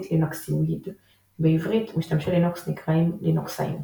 "לינוקסאויד"; בעברית משתמשי לינוקס נקראים לינוקסאים.